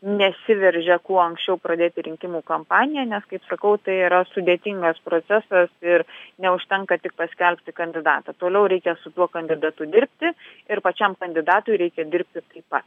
nesiveržia kuo anksčiau pradėti rinkimų kampaniją nes kaip sakau tai yra sudėtingas procesas ir neužtenka tik paskelbti kandidatą toliau reikia su tuo kandidatu dirbti ir pačiam kandidatui reikia dirbti taip pat